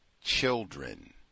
children